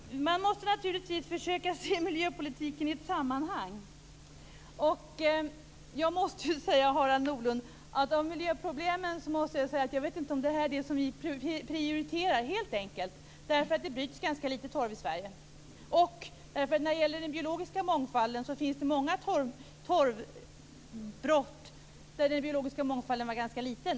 Fru talman! Man måste naturligtvis försöka se miljöpolitiken i ett sammanhang. Jag måste säga att jag inte vet om detta är det miljöproblem som vi prioriterar, Harald Nordlund. Det beror helt enkelt på att det bryts ganska lite torv i Sverige. Det finns många torvbrott där den biologiska mångfalden är ganska liten.